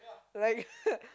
like